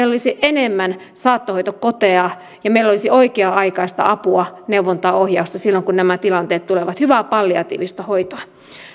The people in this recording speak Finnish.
olisi enemmän saattohoitokoteja ja meillä olisi oikea aikaista apua neuvontaa ja ohjausta silloin kun nämä tilanteet tulevat hyvää palliatiivista hoitoa